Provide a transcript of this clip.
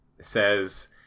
says